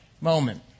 moment